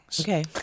okay